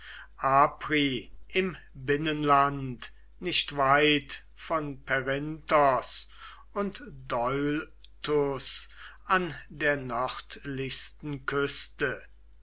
im binnenland nicht weit von perinthos und deultus an der nördlichsten küste